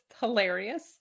hilarious